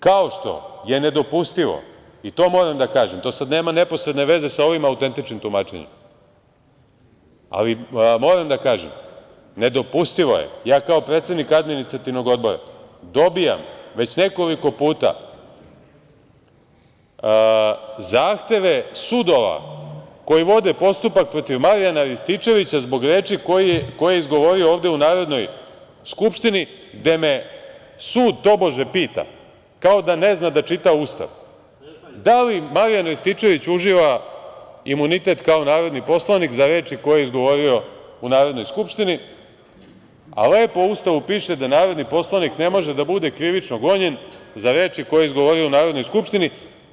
Nedopustivo je, i to moram da kažem, to sad nema neposredne veze sa ovim autentičnim tumačenjem, kao predsednik Administrativnog odbora dobijam već nekoliko puta zahteve sudova koji vode postupak protiv Marijana Rističevića zbog reči koje je izgovorio ovde u Narodnoj skupštini, a gde me sud, tobože, pita, kao da ne zna da čita Ustav, da li Marijan Rističević uživa imunitet kao narodni poslanik za reči koje je izgovorio u Narodnoj skupštini, a lepo u Ustavu piše da narodni poslanik ne može da bude krivično gonjen za reči koje je izgovorio u Narodnoj skupštini.